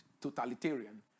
totalitarian